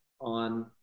on